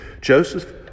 Joseph